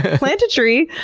plant a tree!